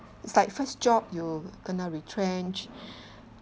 it's like first job you kena retrenched